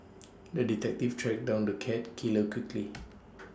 the detective tracked down the cat killer quickly